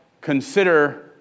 consider